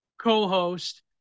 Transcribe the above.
co-host